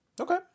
Okay